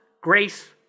grace